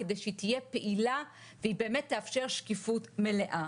כדי שהיא תהיה פעילה ובאמת תאפשר שקיפות מלאה.